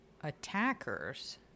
attackers